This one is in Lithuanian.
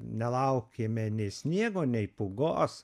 nelaukėme nei sniego nei pūgos